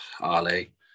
Ali